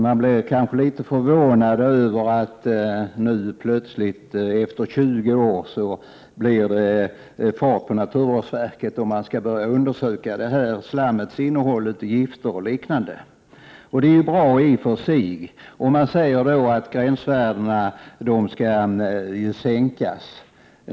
Man blir kanske litet förvånad när man får läsa att det nu plötsligt efter 20 år blir fart på naturvårdsverket, som nu skall börja undersöka avloppsslammets innehåll av gifter och liknande. Det är i och för sig bra. Det sägs i svaret att gränsvärdena skall sänkas.